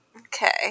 Okay